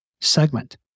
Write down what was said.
segment